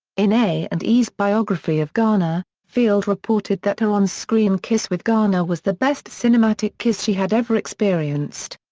in a and e's biography of garner, field reported that her on-screen kiss with garner was the best cinematic kiss she had ever experienced.